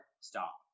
stop